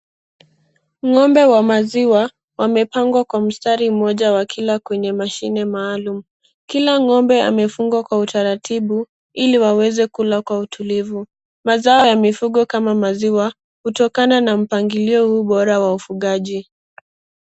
Ng'ombe wa maziwa wamepangwa kwa mstari moja wakila kwenye mashine maalumu. Kila ng'ombe amefungwa kwa utaratibu ili waweze kula kwa utulivu. Mazao ya mifugo kama maziwa, hutokana na mpangilio huu bora wa ufugaji.